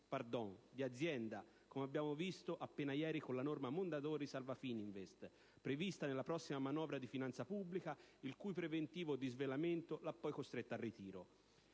di azienda, come abbiamo visto appena ieri con la norma Mondadori salva-Fininvest prevista nella prossima manovra di finanza pubblica, il cui preventivo disvelamento ha poi costretto al suo ritiro.